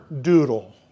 doodle